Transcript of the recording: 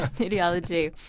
ideology